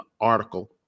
article